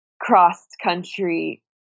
cross-country